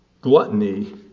gluttony